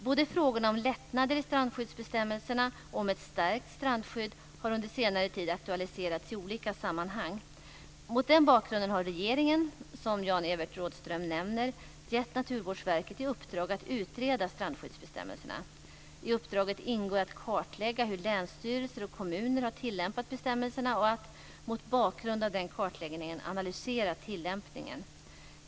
Både frågorna om lättnader i strandskyddsbestämmelserna och frågorna om ett stärkt strandskydd har under senare tid aktualiserats i olika sammanhang. Mot den bakgrunden har regeringen, som Jan-Evert Rådhström nämner, gett Naturvårdsverket i uppdrag att utreda strandskyddsbestämmelserna. I uppdraget ingår att kartlägga hur länsstyrelser och kommuner har tillämpat bestämmelserna och att, mot bakgrund av den kartläggningen, analysera tillämpningen.